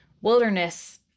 wilderness